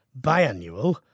biannual